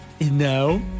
No